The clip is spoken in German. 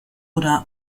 oder